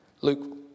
Luke